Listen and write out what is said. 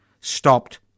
stopped